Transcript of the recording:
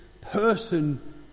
person